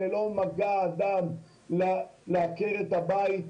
ללא מגע אדם לעקרת הבית.